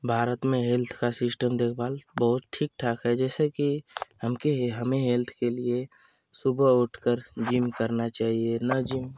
भारत में हेल्थ का सिस्टम देखभाल बहुत ठीक ठाक है जैसे कि हमके हमे हेल्थ के लिये सुबह उठकर जिम करना चाहिए न जिम कर पाए